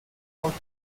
molto